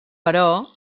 però